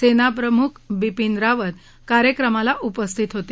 सेनाप्रमुख बिपीन रावत कार्यक्रमाला उपस्थित होते